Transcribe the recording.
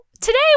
today